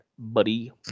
buddy